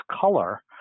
color